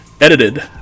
Edited